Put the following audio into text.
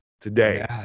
today